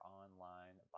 online